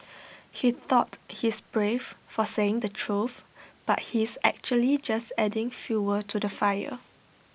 he thought he is brave for saying the truth but he is actually just adding fuel to the fire